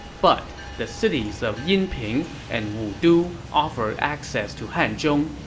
but the cities of yinping and wudu offer access to hanzhong.